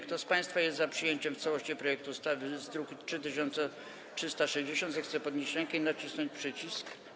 Kto z państwa jest za przyjęciem w całości projektu ustawy z druku nr 3360, zechce podnieść rękę i nacisnąć przycisk.